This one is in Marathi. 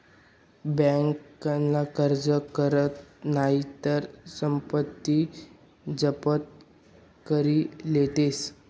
बँकन कर्ज कर नही तर संपत्ती जप्त करी लेतस